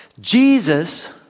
Jesus